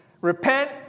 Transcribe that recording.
Repent